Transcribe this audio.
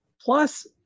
plus